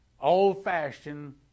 old-fashioned